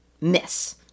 miss